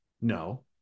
No